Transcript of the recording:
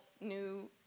new